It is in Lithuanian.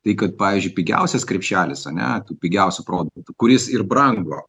tai kad pavyzdžiui pigiausias krepšelis ane tų pigiausių produktų kuris ir brango